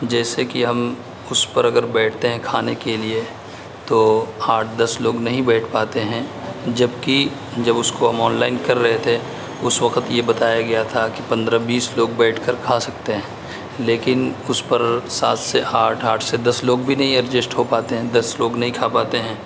جیسے کہ ہم اس پر اگر بیٹھتے ہیں کھانے کے لیے تو آٹھ دس لوگ نہیں بیٹھ پاتے ہیں جبکہ جب اس کو ہم آن لائن کر رہے تھے اس وقت یہ بتایا گیا تھا کہ پندرہ بیس لوگ بیٹھ کر کھا سکتے ہیں لیکن اس پر سات سے آٹھ آٹھ سے دس لوگ بھی نہیں اڈجسٹ ہو پاتے ہیں دس لوگ نہیں کھا پاتے ہیں